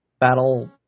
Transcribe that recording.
battle